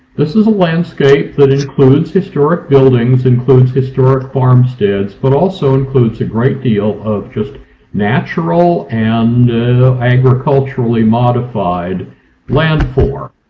this is a landscape that excludes historic buildings, includes historic farmsteads, but also includes a great deal of just natural and agriculturally modified landforms.